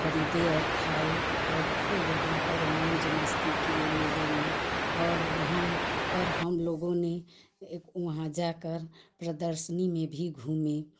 खरीदे और खाए और खूब वहाँ पर मौज मस्ती किए मेले में और वहाँ पर हम लोगों ने वहाँ जा कर प्रदर्शनी में भी घूमे